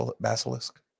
basilisk